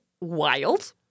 wild